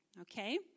okay